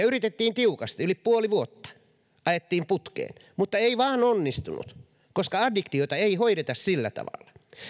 yritettiin tiukasti yli puoli vuotta ajettiin putkeen mutta ei vain onnistunut koska addiktioita ei hoideta sillä tavalla